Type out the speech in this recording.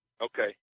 Okay